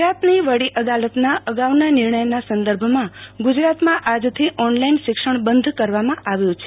ગુજરાતની વડી અદાલતના અગાઉના નિર્ણયના સંદર્ભમાં ગુજરાતમાં આજ થી ઓનલાઇન શિક્ષણ બંધ કરવામાં આવ્યું છે